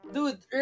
Dude